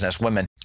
women